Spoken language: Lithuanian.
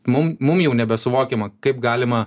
mum mum jau nebesuvokiama kaip galima